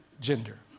gender